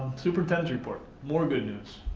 superintendent's report. more good news.